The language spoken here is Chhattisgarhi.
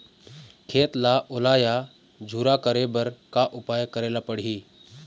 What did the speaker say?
खेत ला ओल या झुरा करे बर का उपाय करेला पड़ही?